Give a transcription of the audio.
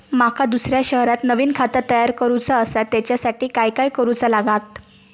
माका दुसऱ्या शहरात नवीन खाता तयार करूचा असा त्याच्यासाठी काय काय करू चा लागात?